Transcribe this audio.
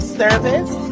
service